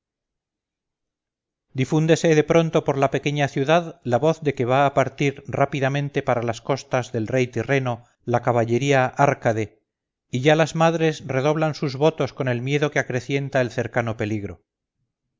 difúndese de pronto por la pequeña ciudad la voz de que va a partir rápidamente para las costas del rey tirreno la caballería árcade y ya las madres redoblan sus votos con el miedo que acrecienta el cercano peligro